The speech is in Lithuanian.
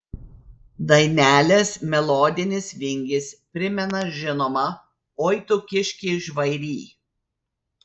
dainelės melodinis vingis primena žinomą oi tu kiški žvairy